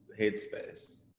headspace